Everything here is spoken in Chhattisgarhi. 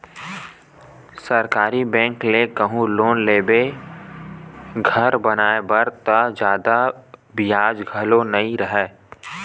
सरकारी बेंक ले कहूँ लोन लेबे घर बनाए बर त जादा बियाज घलो नइ राहय